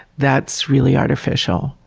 that's really artificial.